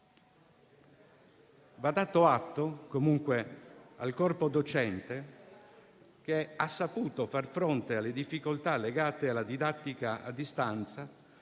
Va dato atto comunque al corpo docente di aver saputo far fronte alle difficoltà legate alla didattica a distanza,